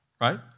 Right